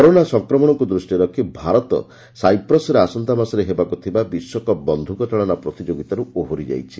corona ସଂକ୍ରମଣକୁ ଦୃଷ୍ଟିରେ ରଖି ଭାରତ ସାଇପ୍ରସରେ ଆସନ୍ତା ମାସରେ ହେବାକୁ ଥିବା ବିଶ୍ୱକପ୍ ବନ୍ଧ୍ରକ ଚାଳନା ପ୍ରତିଯୋଗିତାର୍ ଓହରି ଯାଇଛି